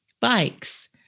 bikes